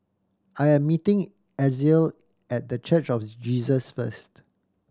I am meeting Ezell at The Church of Jesus first